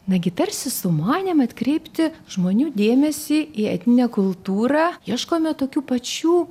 nagi tarsi sumanėme atkreipti žmonių dėmesį į etninę kultūrą ieškome tokių pačių